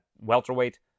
welterweight